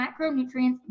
macronutrients